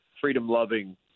freedom-loving